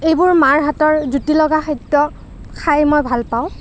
এইবোৰ মাৰ হাতৰ জুতি লগা খাদ্য খাই মই ভালপাওঁ